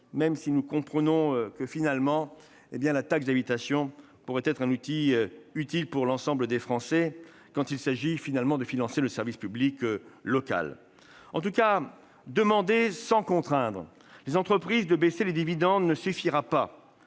même si nous comprenons que, finalement, la taxe d'habitation pourrait être un outil utile pour l'ensemble des Français quand il s'agit finalement de financer les services publics locaux. En tout cas, demander aux entreprises de baisser les dividendes sans